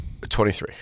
23